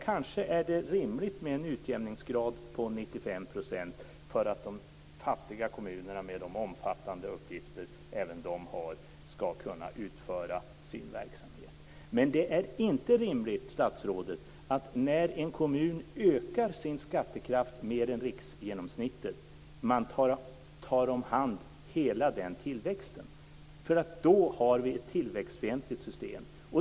Kanske är det rimligt med en utjämningsgrad på 95 % för att de fattiga kommunerna, med de omfattande uppgifter även de har, skall kunna utföra sin verksamhet. Men det är inte rimligt, statsrådet, att man när en kommun ökar sin skattekraft mer än riksgenomsnittet tar om hand hela den tillväxten. Då har vi ett tillväxtfientligt system.